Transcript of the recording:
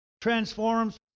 transforms